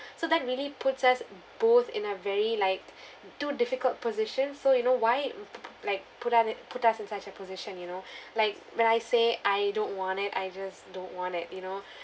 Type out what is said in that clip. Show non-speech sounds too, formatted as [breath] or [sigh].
[breath] so that really puts us both in a very like [breath] two difficult positions so you know why like put on it put us in such a position you know [breath] like when I say I don't want it I just don't want it you know